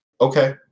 Okay